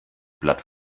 blatt